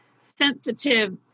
sensitive